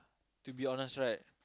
to be honest right